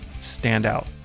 standout